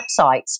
websites